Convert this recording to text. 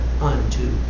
unto